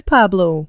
Pablo